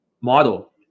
model